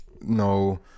No